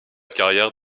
carrière